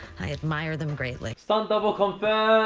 i admire them greatly. stunt double confirmed!